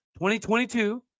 2022